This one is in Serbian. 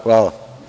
Hvala.